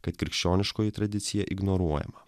kad krikščioniškoji tradicija ignoruojama